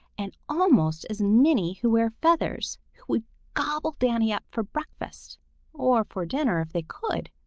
and almost as many who wear feathers, who would gobble danny up for breakfast or for dinner if they could.